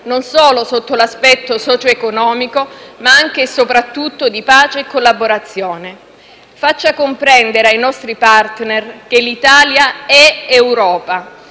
non solo sotto l'aspetto socio-economico, ma anche e soprattutto di pace e collaborazione. Faccia comprendere ai nostri *partner* che l'Italia è Europa